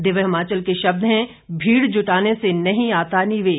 दिव्य हिमाचल के शब्द हैं भीड़ जुटाने से नहीं आता निवेश